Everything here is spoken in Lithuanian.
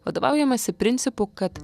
vadovaujamasi principu kad